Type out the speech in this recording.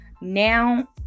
Now